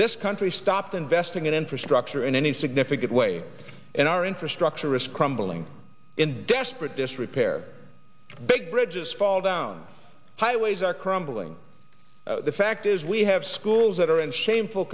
this country stopped investing in infrastructure in any significant way and our infrastructure is crumbling in desperate disrepair big bridges fall down highways are crumbling the fact is we have rules that are and shameful